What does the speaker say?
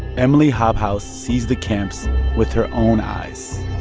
emily hobhouse sees the camps with her own eyes